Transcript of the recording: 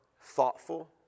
thoughtful